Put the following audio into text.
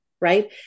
right